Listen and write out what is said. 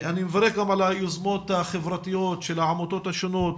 אני מברך גם על היוזמות החברתיות של העמותות השונות,